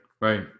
Right